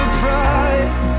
pride